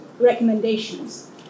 recommendations